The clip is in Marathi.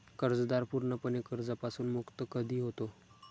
कर्जदार पूर्णपणे कर्जापासून मुक्त कधी होतो?